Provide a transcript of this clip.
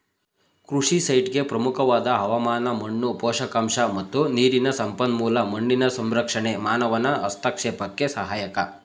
ಕೃಷಿ ಸೈಟ್ಗೆ ಪ್ರಮುಖವಾದ ಹವಾಮಾನ ಮಣ್ಣು ಪೋಷಕಾಂಶ ಮತ್ತು ನೀರಿನ ಸಂಪನ್ಮೂಲ ಮಣ್ಣಿನ ಸಂರಕ್ಷಣೆ ಮಾನವನ ಹಸ್ತಕ್ಷೇಪಕ್ಕೆ ಸಹಾಯಕ